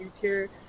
future